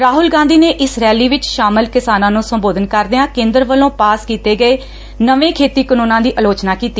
ਰਾਹੁਲ ਗਾਂਧੀ ਨੇ ਇਸ ਰੈਲੀ ਵਿਚ ਸ਼ਾਮਲ ਕਿਸਾਨਾਂ ਨੂੰ ਸੰਬੋਧਨ ਕਰਦਿਆਂ ਕੇਂਦਰ ਵੱਲੋਂ ਪਾਸ ਕੀਤੇ ਨਵੇਂ ਖੇਤੀ ਕਾਨੂੰਨਾਂ ਦੀ ਆਲੋਚਨਾ ਕੀਤੀ